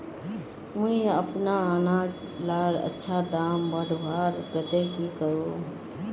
मुई अपना अनाज लार अच्छा दाम बढ़वार केते की करूम?